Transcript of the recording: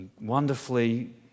wonderfully